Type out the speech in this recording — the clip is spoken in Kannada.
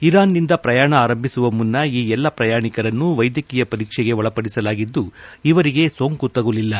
ಇರಾನ್ನಿಂದ ಪ್ರಯಾಣ ಆರಂಭಿಸುವ ಮುನ್ನ ಈ ಎಲ್ಲಾ ಪ್ರಯಾಣಿಕರನ್ನು ವೈದ್ಯಕೀಯ ಪರೀಕ್ಷೆಗೆ ಒಳಪಡಿಸಲಾಗಿದ್ದು ಇವರಿಗೆ ಸೋಂಕು ತಗುಲಿಲ್ಲ